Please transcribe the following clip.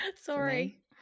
Sorry